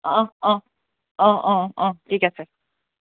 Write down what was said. অঁ অঁ অঁ অঁ অঁ ঠিক আছে